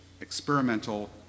experimental